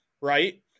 right